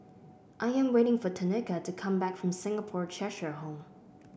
I am waiting for Tenika to come back from Singapore Cheshire Home